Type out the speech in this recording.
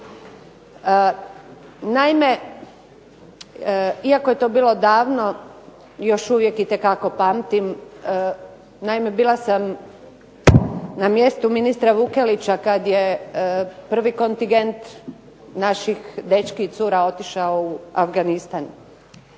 Naime, iako je to bilo davno još uvijek itekako pamtim. Naime, bila sam na mjestu ministra Vukelića kad je prvi kontingent naših dečki i cura otišao u Afganistan